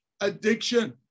addiction